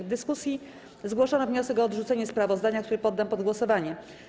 W dyskusji zgłoszono wniosek o odrzucenie sprawozdania, który poddam pod głosowanie.